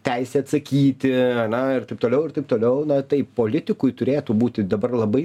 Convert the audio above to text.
teisę atsakyti na ir taip toliau ir taip toliau na tai politikui turėtų būti dabar labai